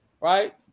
right